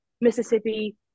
Mississippi